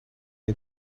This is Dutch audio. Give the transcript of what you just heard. een